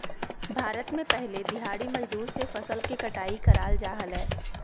भारत में पहले दिहाड़ी मजदूर से फसल के कटाई कराल जा हलय